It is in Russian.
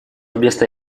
вместо